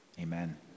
amen